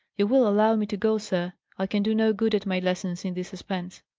you will allow me to go, sir? i can do no good at my lessons in this suspense.